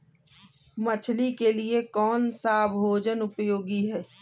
मछली के लिए कौन सा भोजन उपयोगी है?